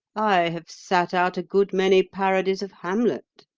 i have sat out a good many parodies of hamlet,